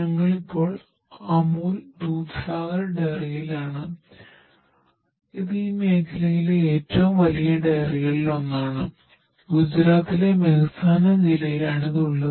ഞങ്ങൾ ഇപ്പോൾ അമുൽ ദുദ്സാഗർ ഡയറിയിലാണ് ഇത് ഈ മേഖലയിലെ ഏറ്റവും വലിയ ഡയറികളിലൊന്നാണ് ഇത് ഗുജറാത്തിലെ മെഹ്സാന ജില്ലയാണ് ഉള്ളത്